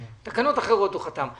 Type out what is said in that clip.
על תקנות אחרות הוא חתם.